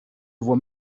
vois